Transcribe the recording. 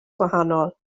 gwahanol